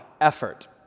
effort